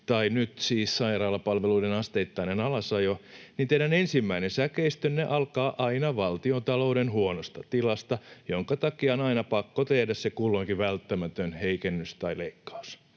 tai nyt siis sairaalapalveluiden asteittainen alasajo, niin teidän ensimmäinen säkeistönne alkaa aina valtiontalouden huonosta tilasta, jonka takia on aina pakko tehdä se kulloinkin välttämätön heikennys tai leikkaus.